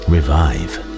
Revive